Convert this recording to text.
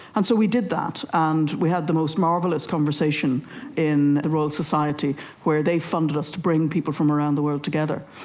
and so we did that and we had the most marvellous conversation in the royal society where they funded us to bring people from around the world together.